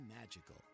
magical